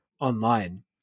online